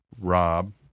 Rob